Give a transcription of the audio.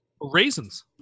raisins